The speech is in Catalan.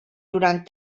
durant